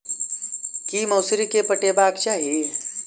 की मौसरी केँ पटेबाक चाहि?